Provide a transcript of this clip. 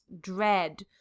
dread